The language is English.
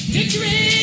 Victory